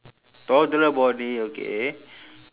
toddler body okay